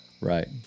right